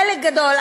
חלק גדול,